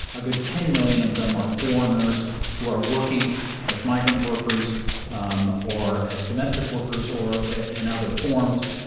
a good ten million of them are foreigners who are working as migrant workers um or as domestic workers or in other forms.